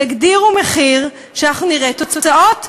תגדירו מחיר שאנחנו נראה תוצאות,